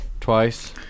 twice